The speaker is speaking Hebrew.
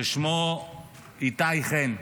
ששמו איתי חן.